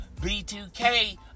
B2K